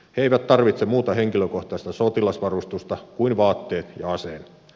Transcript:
he eivät tarvitse muuta henkilökohtaista sotilasvarustusta kuin vaatteet ja aseen